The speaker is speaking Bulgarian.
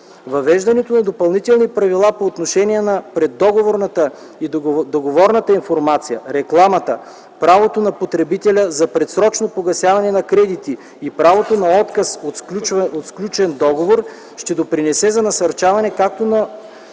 Въвеждането на допълнителни правила по отношение на преддоговорната и договорната информация, рекламата, правото на потребителя за предсрочно погасяване на кредита и правото на отказ от сключен договор ще допринесе за насърчаване както на